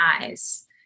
eyes